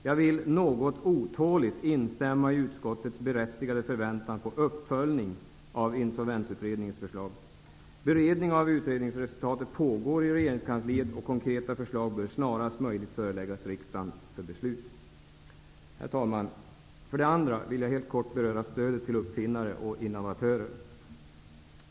Jag vill något otåligt instämma i utskottets berättigade förväntan på uppföljning av Insolvensutredningens förslag. Beredning av utredningsresultatet pågår i regeringskansliet och konkreta förslag bör snarast möjligt föreläggas riksdagen för beslut. Herr talman! För det andra vill jag helt kort beröra stödet till uppfinnare och innovatörer.